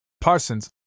Parsons